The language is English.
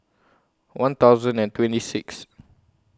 one thousand and twenty six